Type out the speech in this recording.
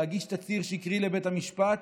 להגיש תצהיר שקרי לבית המשפט,